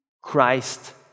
Christ